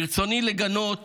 ברצוני לגנות